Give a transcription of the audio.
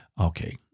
Okay